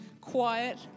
quiet